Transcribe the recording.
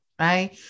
right